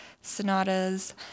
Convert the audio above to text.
sonatas